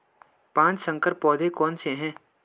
पाँच संकर पौधे कौन से हैं?